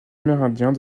amérindiens